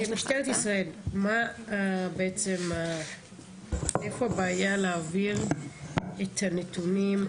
משטרת ישראל, איפה הבעיה להעביר את הנתונים?